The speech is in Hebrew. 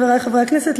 חברי חברי הכנסת,